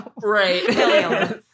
Right